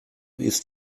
ist